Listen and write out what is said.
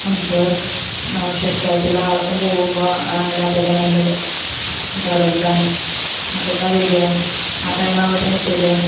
നമുക്ക് വിശ്വസ്തായിട്ടുള്ള ആളൊപ്പം പോകുമ്പോൾ അതല്ലേ നല്ലത് അപ്പം അതുകൊണ്ടാണ് അപ്പം എന്നാൽ വരുമോ ആ ടൈം ആകുമ്പത്തേനും എത്തുകയില്ലേ